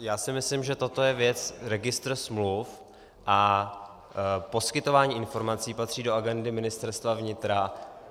Já si myslím, že toto je věc registru smluv a poskytování informací patří do agendy Ministerstva vnitra.